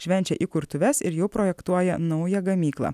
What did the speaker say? švenčia įkurtuves ir jau projektuoja naują gamyklą